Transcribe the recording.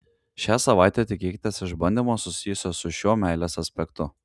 šią savaitę tikėkitės išbandymo susijusio su šiuo meilės aspektu